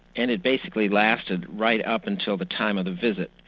and it basically lasted right up until the time of the visit.